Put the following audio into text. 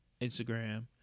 Instagram